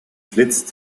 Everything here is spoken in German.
flitzt